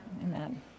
Amen